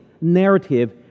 narrative